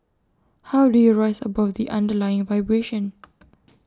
how do you rise above the underlying vibration